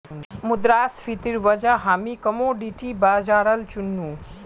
मुद्रास्फीतिर वजह हामी कमोडिटी बाजारल चुन नु